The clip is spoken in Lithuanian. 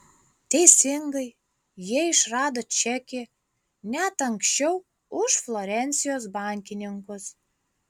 teisingai jie išrado čekį net anksčiau už florencijos bankininkus